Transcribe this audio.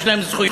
יש להם זכויות,